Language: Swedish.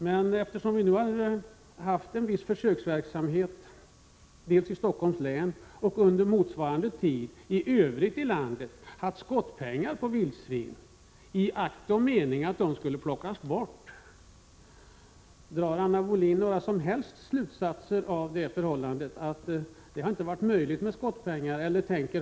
Men vi har haft en viss försöksverksamhet i Stockholms län och även i landet i övrigt med skottpengar på vildsvin i avsikt att stammen skulle utrotas. Drar Anna Wohlin-Andersson några som helst slutsatser av det förhållandet att det inte varit möjligt att tillämpa metoden med skottpengar?